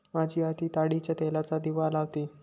माझी आजी ताडीच्या तेलाचा दिवा लावते